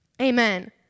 Amen